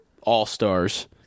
all-stars